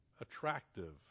attractive